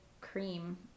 cream